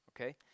okay